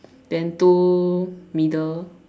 then two middle